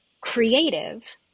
creative